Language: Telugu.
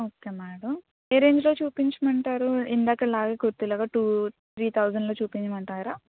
ఓకే మేడం ఏ రేంజ్లో చూపించమంటారు ఇందాకలాగా కుర్తి లాగా టూ త్రీ థౌజండ్లో చూపించమంటారా